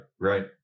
right